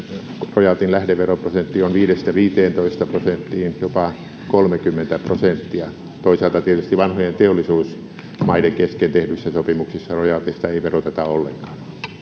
rojaltien lähdeveroprosentti on viisi viiva viisitoista prosenttia jopa kolmekymmentä prosenttia toisaalta tietysti vanhojen teollisuusmaiden kesken tehdyissä sopimuksissa rojalteja ei ei veroteta ollenkaan